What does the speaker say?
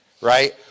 right